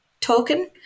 token